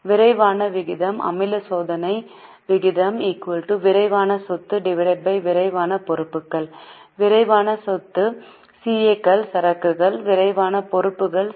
விரைவான விகிதம்அமில சோதனை விகிதம் விரைவான சொத்து விரைவான பொறுப்புகள் இங்கே விரைவான சொத்து CA கள் சரக்குகள் விரைவான பொறுப்புகள் சி